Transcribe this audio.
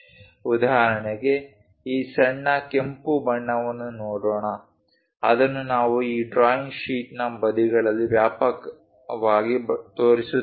ಉದಾಹರಣೆಗೆ ಈ ಸಣ್ಣ ಕೆಂಪು ಬಣ್ಣವನ್ನು ನೋಡೋಣ ಅದನ್ನು ನಾವು ಈ ಡ್ರಾಯಿಂಗ್ ಶೀಟ್ನ ಬದಿಗಳಲ್ಲಿ ವ್ಯಾಪಕವಾಗಿ ತೋರಿಸುತ್ತಿದ್ದೇವೆ